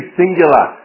singular